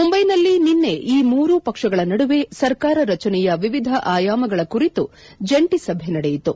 ಮುಂಬೈನಲ್ಲಿ ನಿನ್ನೆ ಈ ಮೂರು ಪಕ್ಷಗಳ ನಡುವೆ ಸರ್ಕಾರ ರಚನೆಯ ವಿವಿಧ ಆಯಾಮಗಳ ಕುರಿತು ಜಂಟಿ ಸಭೆ ನಡೆಯಿತು